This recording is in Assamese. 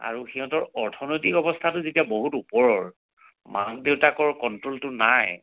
আৰু সিহঁতৰ অৰ্থনৈতিক অৱস্থাটো যেতিয়া বহুত ওপৰৰ মাক দেউতাকৰ কণ্ট্ৰলটো নাই